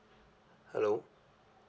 hello